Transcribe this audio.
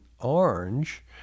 Orange